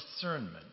discernment